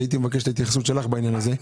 הייתי מבקש את ההתייחסות שלך בעניין הזה.